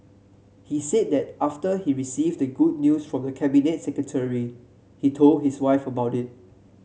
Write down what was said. he said that after he received the good news from the Cabinet Secretary he told his wife about it